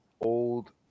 old